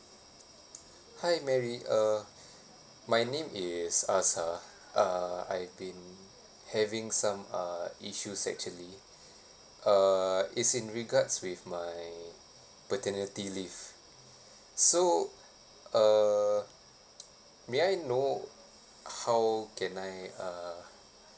hi mary uh my name is azar uh I've been having some uh issues actually uh it's in regards with my paternity leave so uh may I know how can I uh